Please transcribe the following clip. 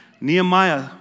Nehemiah